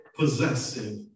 possessive